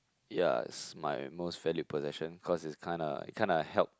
ya it's my most valued possession cause it's kind a kind a help